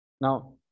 Now